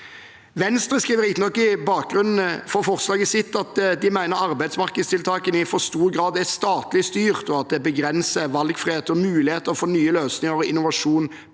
Venstre skriver riktignok i bakgrunnen for forslaget sitt at de mener arbeidsmarkedstiltakene i for stor grad er statlig styrt, og at det begrenser valgfrihet og muligheter for nye løsninger og innovasjon